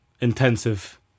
intensive